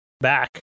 back